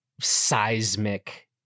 seismic